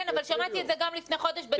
כן, אבל שמעתי את זה גם לפני חודש בדיונים.